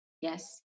yes